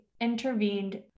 intervened